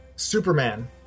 Superman